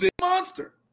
monster